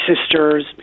sister's